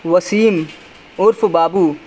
وسیم عرف بابو